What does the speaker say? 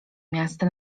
miasta